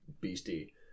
beastie